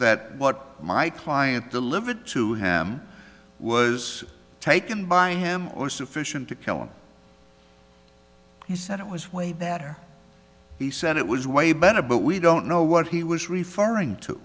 that what my client delivered to him was taken by him or sufficient to kill him he said it was way better he said it was way better but we don't know what he was referring to